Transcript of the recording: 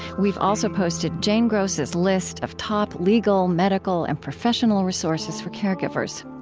we've also posted jane gross's list of top legal, medical, and professional resources for caregivers.